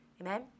amen